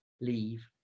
leave